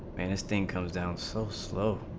and stain comes down so slow